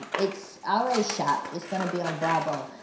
it's already shopped. it's gonna be on bravo,